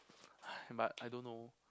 but I don't know